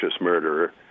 murderer